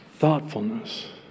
thoughtfulness